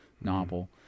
novel